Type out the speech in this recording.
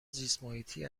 زیستمحیطی